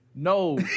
No